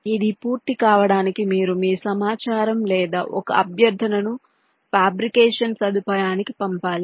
ఇది పూర్తి కావడానికి మీరు మీ సమాచారం లేదా ఒక అభ్యర్థనను ఫాబ్రికేషన్ సదుపాయానికి పంపాలి